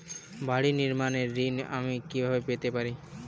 বাড়ি নির্মাণের ঋণ আমি কিভাবে পেতে পারি?